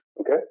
Okay